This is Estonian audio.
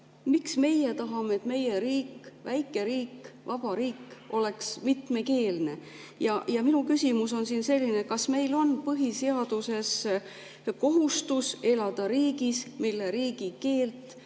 Miks meie tahame, et meie riik, väike riik, vaba riik oleks mitmekeelne? Ja minu küsimus on selline. Kas meil on põhiseaduses [sätestatud] kohustus elada riigis, mille riigikeelt